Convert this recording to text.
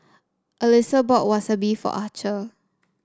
Alisa bought Wasabi for Archer